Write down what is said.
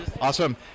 Awesome